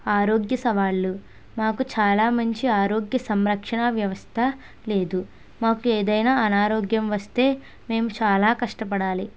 ఆరోగ్య సవాళ్లు మాకు చాలా మంచి ఆరోగ్య సంరక్షణ వ్యవస్థ లేదు మాకు ఏదైనా అనారోగ్యం వస్తే మేము చాలా కష్టపడాలి